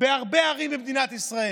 בהרבה ערים במדינת ישראל,